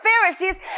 Pharisees